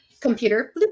computer